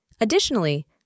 Additionally